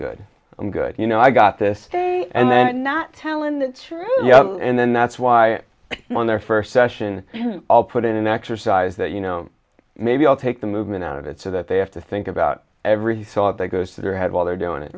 good i'm good you know i got this theory and then not tell him the truth and then that's why on their first session i'll put in an exercise that you know maybe i'll take the movement out of it so that they have to think about every sot that goes to their head while they're doing it